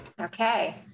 Okay